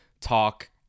talk